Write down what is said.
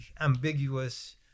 ambiguous